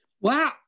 Wow